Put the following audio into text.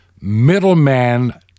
middleman